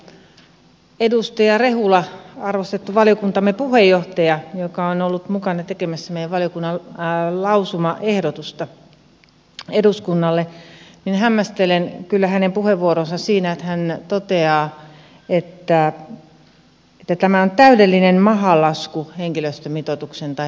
hämmästelen kyllä edustaja rehulan arvostetun valiokuntamme puheenjohtajan joka on ollut mukana tekemässä meidän valiokuntamme lausumaehdotusta eduskunnalle puheenvuoroa siinä kun hän toteaa että tämä on täydellinen mahalasku henkilöstömitoituksen osalta